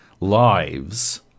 lives